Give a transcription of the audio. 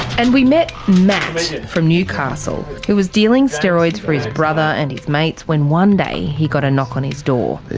and we met matt from newcastle who was dealing steroids for his brother and his mates when one day he got a knock on his door. they